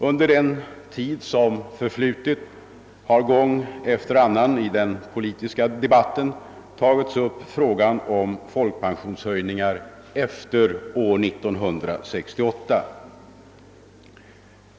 Under den tiden som förflutit har frågan om folkpensionshöjningar efter år 1968 gång efter annan tagits upp i den politiska debatten.